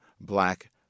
black